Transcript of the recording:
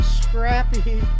scrappy